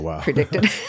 predicted